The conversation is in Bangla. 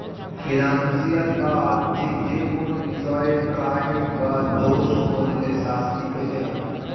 ফিনান্সিয়াল বা আর্থিক যেকোনো বিষয়ে ক্রাইম বা দোষ করলে শাস্তি পেতে হয়